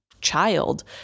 child